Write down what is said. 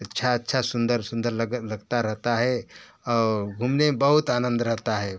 अच्छा अच्छा सुंदर सुंदर लग लगता रहता है और घूमने में बहुत आनंद रहता है